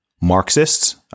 Marxists